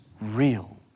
real